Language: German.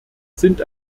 sind